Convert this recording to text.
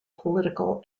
political